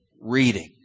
reading